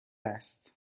است